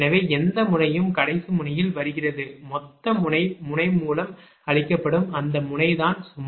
எனவே எந்த முனையும் கடைசி முனையில் வருகிறது மொத்த முனை முனை மூலம் அளிக்கப்படும் அந்த முனை தான் சுமை